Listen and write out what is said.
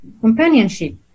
companionship